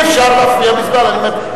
אי-אפשר להפריע בזמן ההצבעה.